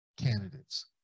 candidates